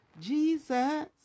Jesus